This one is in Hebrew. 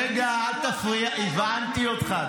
רגע, אל תפריע, הבנתי אותך.